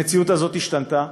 המציאות הזאת השתנתה.